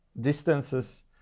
distances